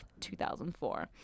2004